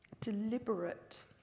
deliberate